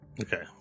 Okay